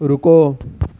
رکو